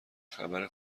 خبر